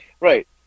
Right